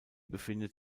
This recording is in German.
befindet